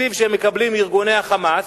מתקציב שהם מקבלים מארגוני ה"חמאס",